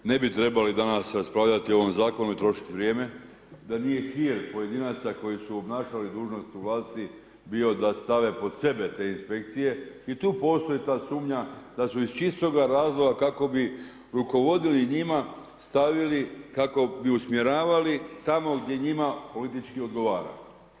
Ne bi trebali danas raspravljati o ovom zakonu i trošiti vrijeme da nije hir pojedinaca koji su obnašali dužnost u vlasti bio da stave pod sebe te inspekcije i tu postoji ta sumnja da su iz čistoga razloga kako bi rukovodili njima stavili kako bi usmjeravali tamo gdje njima politički odgovara.